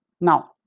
now